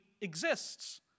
exists